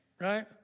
Right